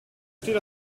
steht